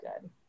good